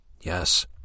Yes